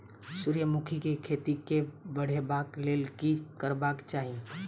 सूर्यमुखी केँ खेती केँ बढ़ेबाक लेल की करबाक चाहि?